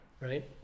right